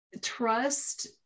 trust